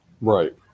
right